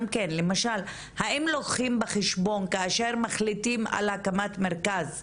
גם כן, למשל, האם כאשר מחליטים על הקמת מרכז כזה,